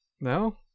No